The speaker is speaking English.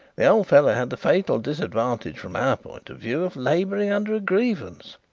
the old fellow had the fatal disadvantage from our point of view of labouring under a grievance.